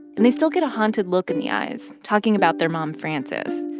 and they still get a haunted look in the eyes talking about their mom frances.